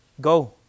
Go